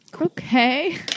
Okay